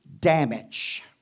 damage